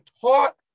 taught